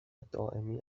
دائمی